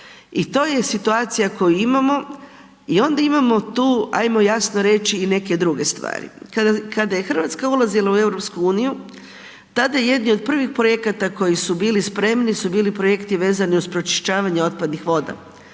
I to je situacija koju imamo i onda imamo tu, ajmo jasno reći i neke druge stvari. Kada je Hrvatska ulazila u EU tada jedni od prvih projekata koji su bili spremni su bili projekti vezani uz pročišćavanje otpadnih voda.